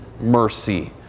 mercy